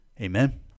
Amen